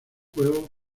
juego